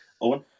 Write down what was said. Owen